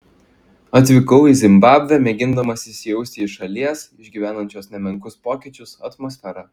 atvykau į zimbabvę mėgindamas įsijausti į šalies išgyvenančios nemenkus pokyčius atmosferą